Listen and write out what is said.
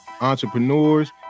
entrepreneurs